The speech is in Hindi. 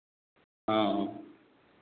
हाँ